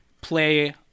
play